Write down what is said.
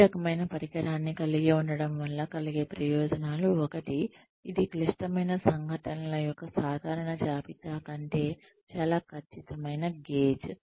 ఈ రకమైన పరికరాన్ని కలిగి ఉండటం వల్ల కలిగే ప్రయోజనాలు ఒకటి ఇది క్లిష్టమైన సంఘటనల యొక్క సాధారణ జాబితా కంటే చాలా ఖచ్చితమైన గేజ్